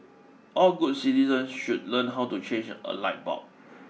all good citizens should learn how to change a light bulb